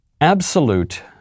absolute